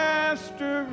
Master